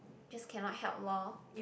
just cannot help loh